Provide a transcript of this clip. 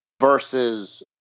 versus